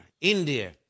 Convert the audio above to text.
India